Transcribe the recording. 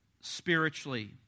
spiritually